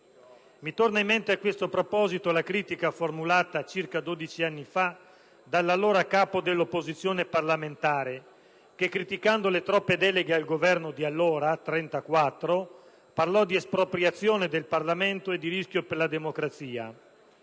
Mi torna in mente, a questo proposito, la critica formulata circa dodici anni fa dall'allora capo dell'opposizione parlamentare che, criticando le troppe deleghe al Governo di allora (34), parlò di espropriazione del Parlamento e di rischio per la democrazia.